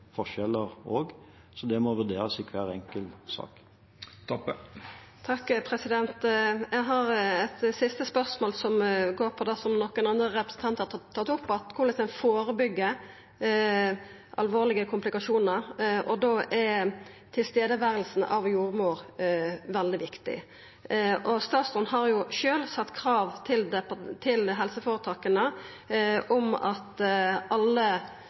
så det må vurderes i hver enkelt sak. Eg har eit siste spørsmål, som går på det som nokon andre representantar har tatt opp, om korleis ein førebyggjer alvorlege komplikasjonar, og da er nærværet av jordmor veldig viktig. Statsråden har sjølv sett krav til helseføretaka om at alle